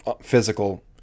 physical